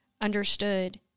understood